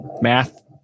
math